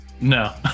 No